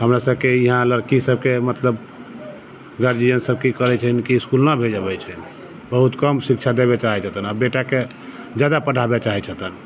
हमरा सबके यहाँ लड़की सबके मतलब गार्जियनसब की करै छथिन कि इसकुल नहि भेजाबै छनि बहुत कम शिक्षा देबऽ चाहै छथिन आओर बेटाके ज्यादा पढ़ाबै चाहै छथिन